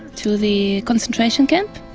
to the concentration camp